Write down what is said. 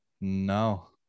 no